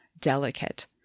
delicate